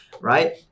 right